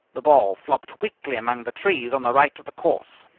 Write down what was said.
the ball flopped weakly among the trees on the right of the course.